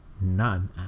none